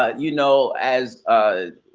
ah you know, as ah